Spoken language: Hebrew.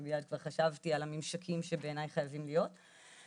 ואני כבר חשבתי על הממשקים שבעיניי חייבים להיות ועל